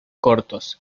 cortos